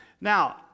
Now